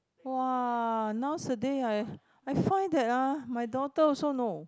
!wah! nowadays I I find that ah my daughter also know